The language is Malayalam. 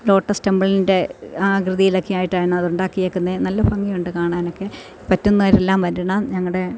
ലോട്ടസ് ടെംപ്ലിൻ്റെ ആകൃതിയിലൊക്കെ ആയിട്ടാണ് അത് ഉണ്ടാക്കിയിരിക്കുന്നത് നല്ല ഭംഗിയുണ്ട് കാണാനൊക്കെ പറ്റുന്നവരെല്ലാം വരണം ഞങ്ങളുടെ